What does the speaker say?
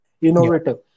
innovative